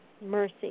mercy